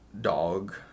dog